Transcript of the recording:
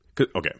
okay